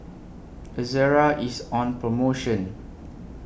Ezerra IS on promotion